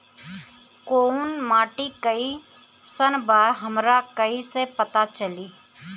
कोउन माटी कई सन बा हमरा कई से पता चली?